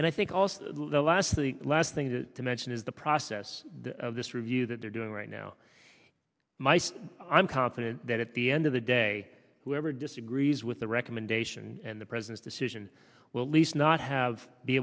and i think also the last the last thing to mention is the process of this review that they're doing right now my so i'm confident that at the end of the day whoever disagrees with the recommendation and the president's decision will least not have be